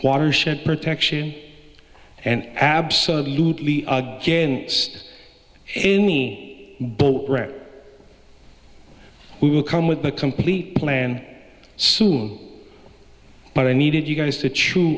watershed protection and absolutely again in me but we will come with a complete plan soon but i needed you guys to chew